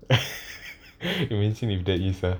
you use if there is ah